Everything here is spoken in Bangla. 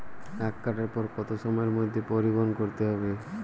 আখ কাটার পর কত সময়ের মধ্যে পরিবহন করতে হবে?